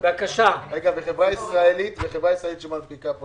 -- וחברה ישראלית שמנפיקה פה,